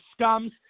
scums